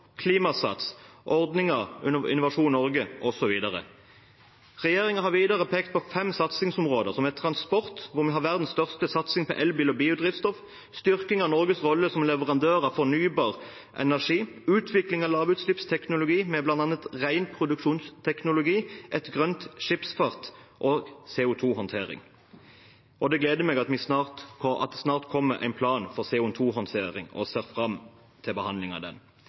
Klimasats, ordninger under Innovasjon Norge, osv. Regjeringen har videre pekt på fem satsingsområder, som er: transport, hvor vi har verdens største satsing på elbil og biodrivstoff styrking av Norges rolle som leverandør av fornybar energi utvikling av lavutslippsteknologi med bl.a. ren produksjonsteknologi grønn skipsfart CO 2 -håndtering Det gleder meg at det snart kommer en plan for CO 2 -håndtering, og jeg ser fram til behandlingen av den.